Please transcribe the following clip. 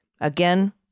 Again